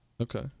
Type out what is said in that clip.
Okay